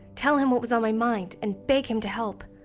tell him what was on my mind, and beg him to help.